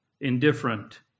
indifferent